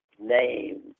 name